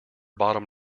bottom